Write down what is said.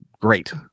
Great